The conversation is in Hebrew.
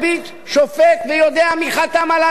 שופט ויודע מי חתם על ההצעה,